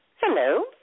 Hello